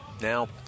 Now